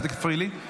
אל תפריעי לי,